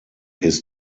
ist